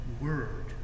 word